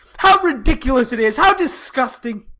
how ridiculous it is, how disgusting!